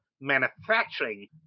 manufacturing